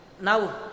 now